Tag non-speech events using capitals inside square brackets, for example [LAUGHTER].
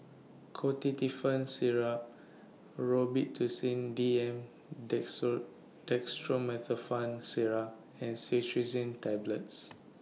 Ketotifen Syrup Robitussin D M [UNINTELLIGIBLE] Dextromethorphan Syrup and Cetirizine Tablets